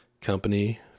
company